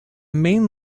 main